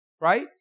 right